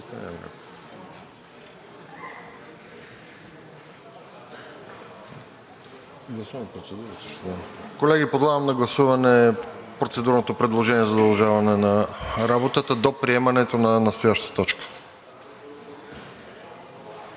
Колеги, подлагам на гласуване процедурното предложение за удължаване на работата до приемането на настоящата точка.